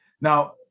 Now